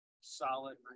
solid